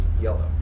yellow